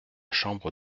chambre